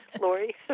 Lori